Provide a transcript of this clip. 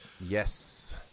yes